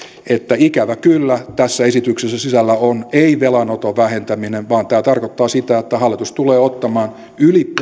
että ikävä kyllä tässä esityksessä sisällä on ei velanoton vähentäminen vaan tämä tarkoittaa sitä että hallitus tulee ottamaan yli